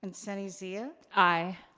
and sunny zia? aye.